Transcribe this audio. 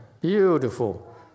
Beautiful